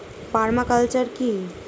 Parma culture কি?